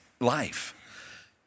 life